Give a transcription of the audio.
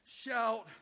shout